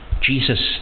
Jesus